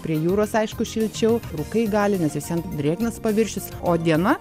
prie jūros aišku šilčiau rūkai gali nes vis vien drėgnas paviršius o diena